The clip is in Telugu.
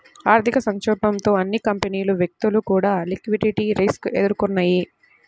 ఆర్థిక సంక్షోభంతో అన్ని కంపెనీలు, వ్యక్తులు కూడా లిక్విడిటీ రిస్క్ ఎదుర్కొన్నయ్యి